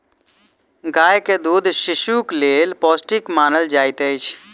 गाय के दूध शिशुक लेल पौष्टिक मानल जाइत अछि